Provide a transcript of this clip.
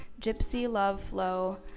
GYPSYLOVEFLOW